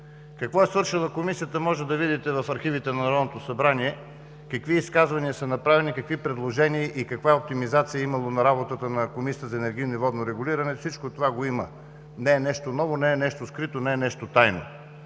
Какво е свършила Комисията може да видите в архивите на Народното събрание. Какви изказвания са направени, какви предложения и каква оптимизация на работата е имало на Комисията за енергийно и водно регулиране – всичко това го има. Не е нещо ново, скрито, не е нещо тайно.